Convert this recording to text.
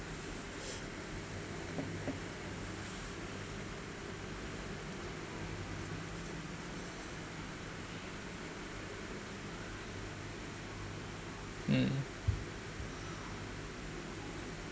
mm